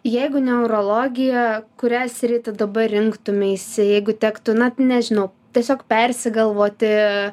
jeigu ne urologija kurią sritį dabar rinktumeisi jeigu tektų na nežinau tiesiog persigalvoti